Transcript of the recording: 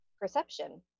perception